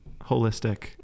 holistic